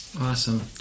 Awesome